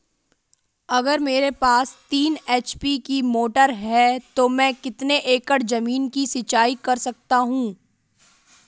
अगर मेरे पास तीन एच.पी की मोटर है तो मैं कितने एकड़ ज़मीन की सिंचाई कर सकता हूँ?